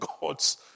God's